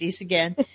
again